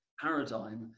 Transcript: paradigm